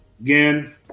again